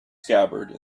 scabbard